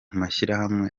mashyirahamwe